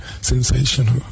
Sensational